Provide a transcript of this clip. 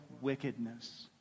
wickedness